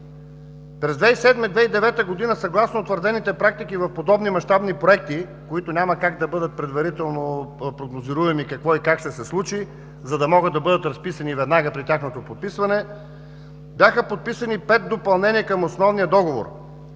През 2007-а и 2009 г., съгласно утвърдените практики в подобни мащабни проекти, които няма как да бъдат предварително прогнозируеми какво и как ще се случи, за да могат да бъдат разписани веднага при тяхното подписване, бяха подписани пет допълнения към основния договор.